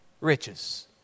Riches